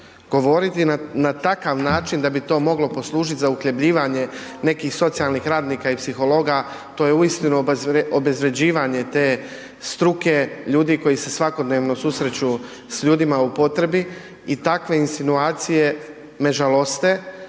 Govoriti na takav način da bi to moglo poslužiti za uhljebljivanje nekih socijalnih radnika i psihologa to je uistinu obezvređivanje te struke, ljudi koji se svakodnevno susreću s ljudima u potrebi i takve insinuacije me žaloste.